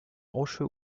rocheux